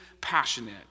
passionate